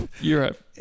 Europe